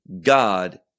God